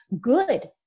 good